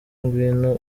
ngwino